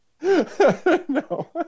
No